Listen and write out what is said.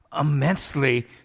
immensely